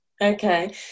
Okay